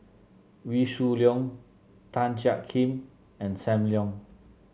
Wee Shoo Leong Tan Jiak Kim and Sam Leong